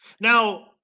now